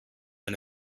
and